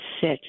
sit